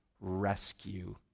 rescue